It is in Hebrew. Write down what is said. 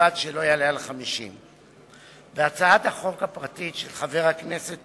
ובלבד שלא יעלה על 50. בהצעת החוק הפרטית של חבר הכנסת